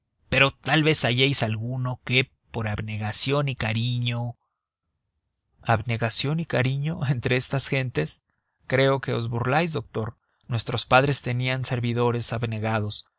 pero tal vez halléis alguno que por abnegación y cariño abnegación y cariño entre estas gentes creo que os burláis doctor nuestros padres tenían servidores abnegados